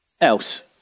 else